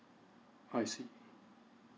I see